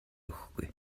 өгөхгүй